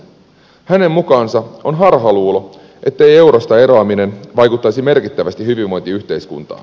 hänen mukaansa on harhaluulo ettei eurosta eroaminen vaikuttaisi merkittävästi hyvinvointiyhteiskuntaan